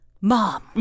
mom